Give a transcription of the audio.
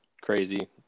crazy